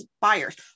buyers